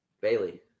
Bailey